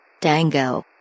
Dango